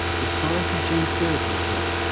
the science of gene therapy is better,